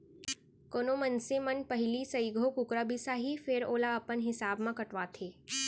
कोनो मनसे मन पहिली सइघो कुकरा बिसाहीं फेर ओला अपन हिसाब म कटवाथें